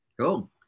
Cool